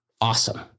awesome